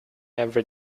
every